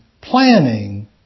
planning